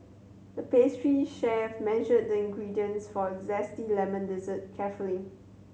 the pastry chef measured the ingredients for a zesty lemon dessert carefully